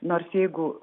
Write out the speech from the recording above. nors jeigu